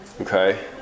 Okay